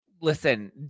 listen